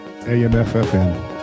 AMFFN